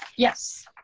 yes.